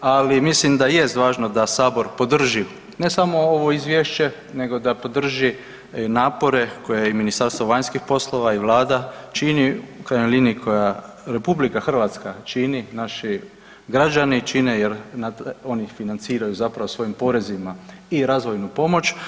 Ali mislim da jest važno da Sabor podrži ne samo ovo izvješće, nego da podrži napore koje je Ministarstvo vanjskih poslova i Vlada čini u krajnjoj liniji koja RH čini naši građani čine jer oni ih financiraju zapravo svojim porezima i razvojnu pomoć.